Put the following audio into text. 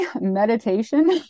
meditation